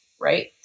right